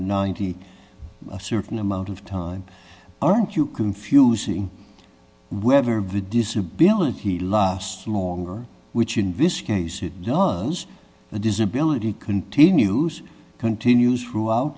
ninety a certain amount of time aren't you confusing wherever va disability last longer which in this case it was the disability continues continues throughout